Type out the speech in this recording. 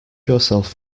yourself